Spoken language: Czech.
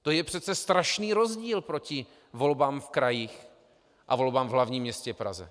To je přece strašný rozdíl proti volbám v krajích a volbám v hlavním městě Praze.